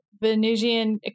Venusian